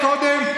הוא אמר נכון.